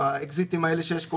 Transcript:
האקזיטים האלה כל שנה,